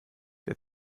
der